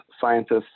scientists